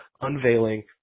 unveiling